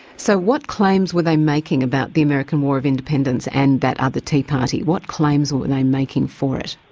so what claims were they making about the american war of independence and that other tea party? what claims were they making for it?